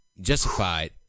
justified